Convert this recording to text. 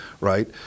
right